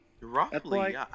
Roughly